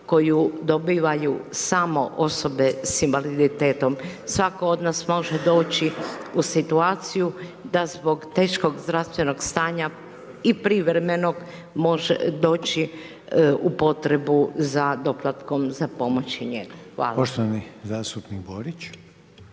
koju dobivaju osobe s invaliditetom. Svatko od nas može doći u situaciju da zbog teškog zdravstvenog stanja i privremenog može doći u potrebu za doplatkom za pomoć i njegu. Hvala.